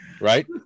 Right